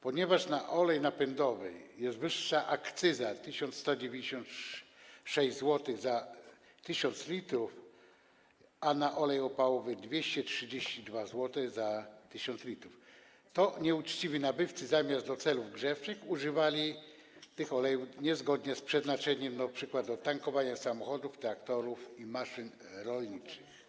Ponieważ na olej napędowy jest wyższa akcyza, czyli 1196 zł za 1 tysiąc l, a na olej opałowy - 232 zł za 1 tys. l, nieuczciwi nabywcy zamiast do celów grzewczych używali tych olejów niezgodnie z przeznaczeniem, np. do tankowania samochodów, traktorów i maszyn rolniczych.